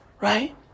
right